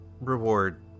reward